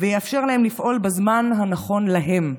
ויאפשר להם לפעול בזמן הנכון להם.